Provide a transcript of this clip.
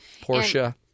Portia